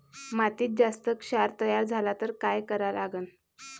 मातीत जास्त क्षार तयार झाला तर काय करा लागन?